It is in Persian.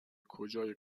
کجای